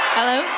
Hello